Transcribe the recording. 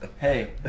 Hey